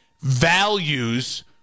values